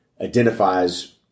identifies